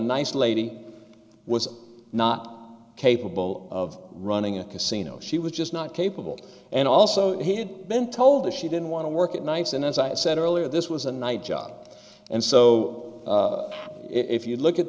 nice lady was not capable of running a casino she was just not capable and also he had been told that she didn't want to work at nights and as i said earlier this was a night job and so if you look at